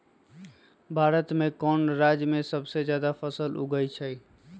भारत में कौन राज में सबसे जादा फसल उगई छई?